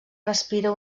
respira